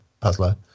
puzzler